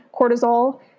cortisol